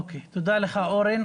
תודה לך, אורן.